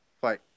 fight